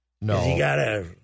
No